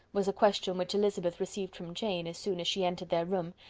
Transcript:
was a question which elizabeth received from jane as soon as she entered their room,